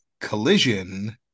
collision